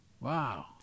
Wow